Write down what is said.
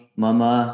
mama